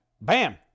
Bam